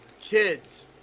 Kids